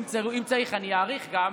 אם צריך אני אאריך גם,